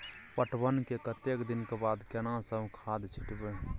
पटवन के कतेक दिन के बाद केना सब खाद छिटबै?